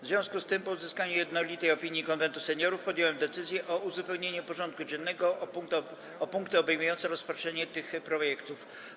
W związku z tym, po uzyskaniu jednolitej opinii Konwentu Seniorów, podjąłem decyzję o uzupełnieniu porządku dziennego o punkty obejmujące rozpatrzenie tych projektów.